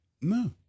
No